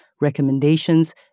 recommendations